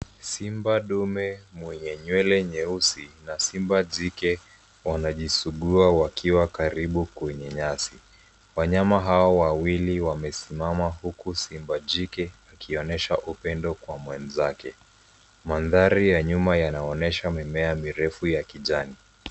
Simba dume mwenye nywele nyeusi na simba jike wanajisugua wakiwa karibu kwenye nyasi. Wanyama hawa wawili wamesimama huku simba jike akionyesha upendo kwa mwenzake. Mandhari ya nyuma yanaonyesha mimea mirefu ya kijani.